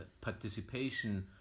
participation